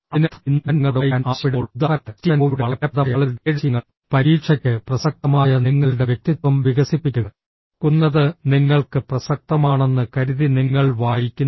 അതിനർത്ഥം ഇന്ന് ഞാൻ നിങ്ങളോട് വായിക്കാൻ ആവശ്യപ്പെടുമ്പോൾ ഉദാഹരണത്തിന് സ്റ്റീഫൻ കോവിയുടെ വളരെ ഫലപ്രദമായ ആളുകളുടെ ഏഴ് ശീലങ്ങൾ പരീക്ഷയ്ക്ക് പ്രസക്തമായ നിങ്ങളുടെ വ്യക്തിത്വം വികസിപ്പിക് കുന്നത് നിങ്ങൾക്ക് പ്രസക്തമാണെന്ന് കരുതി നിങ്ങൾ വായിക്കുന്നു